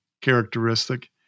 characteristic